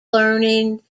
learning